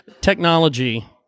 technology